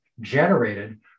generated